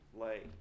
lay